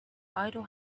idle